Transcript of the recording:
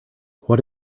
what